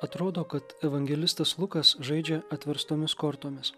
atrodo kad evangelistas lukas žaidžia atverstomis kortomis